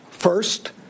First